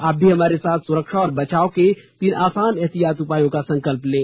आप भी हमारे साथ सुरक्षा और बचाव के तीन आसान एहतियाती उपायों का संकल्प लें